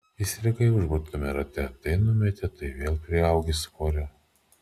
įstrigai užburtame rate tai numeti tai vėl priaugi svorio